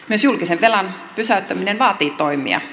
myös julkisen velan pysäyttäminen vaatii toimia